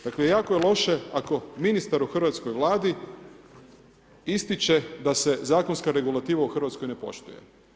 Dakle jako je loše ako ministar u hrvatskoj Vladi ističe da se zakonska regulativa u Hrvatskoj ne poštuje.